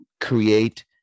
create